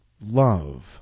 love